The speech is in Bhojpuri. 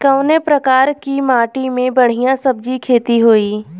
कवने प्रकार की माटी में बढ़िया सब्जी खेती हुई?